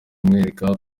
umwereka